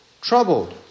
troubled